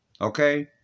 Okay